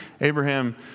Abraham